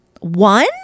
One